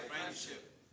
friendship